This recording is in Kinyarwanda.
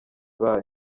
bayo